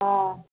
অঁ